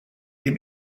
dem